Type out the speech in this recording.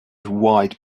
wide